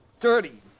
dirty